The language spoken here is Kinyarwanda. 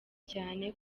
cyane